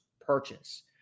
purchase